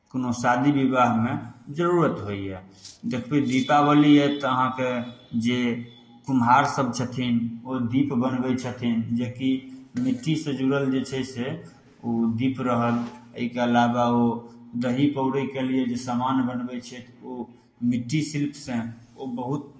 कोनो शादी विवाहमे जरूरत होइए देखबै दीपावली आयत तऽ अहाँके जे कुम्हारसभ छथिन ओ दीप बनबै छथिन जे कि मिट्टीसँ जुड़ल जे छै से ओ दीप रहल एहिके अलावा ओ दही पौरयके लिए जे समान बनबै छथि ओ मिट्टी शिल्पसँ ओ बहुत